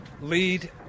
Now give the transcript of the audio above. lead